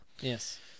Yes